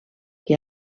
que